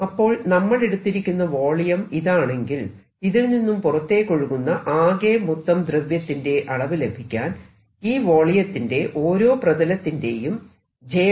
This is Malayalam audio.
അപ്പോൾ നമ്മൾ എടുത്തിരിക്കുന്ന വോളിയം ഇതാണെങ്കിൽ ഇതിൽ നിന്നും പുറത്തേക്ക് ഒഴുകുന്ന ആകെ മൊത്തം ദ്രവ്യത്തിന്റെ അളവ് ലഭിക്കാൻ ഈ വോളിയത്തിന്റെ ഓരോ പ്രതലത്തിലെയും j